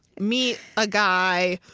meet a guy,